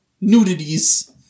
nudities